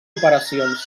operacions